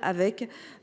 avec